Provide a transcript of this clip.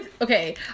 Okay